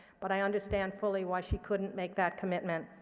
but i understand fully why she couldn't make that commitment.